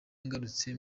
ngarutse